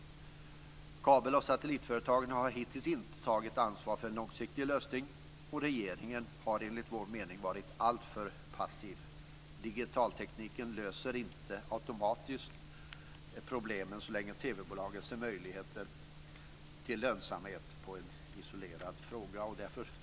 Kabel och satellitföretagen har hittills inte tagit ansvar för en långsiktig lösning, och regeringen har, enligt vår mening, varit alltför passiv. Digitaltekniken löser inte automatiskt problemen så länge TV-bolagen ser möjligheter till lönsamhet som en isolerad fråga. Fru talman!